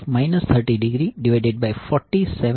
line current IaVanZY121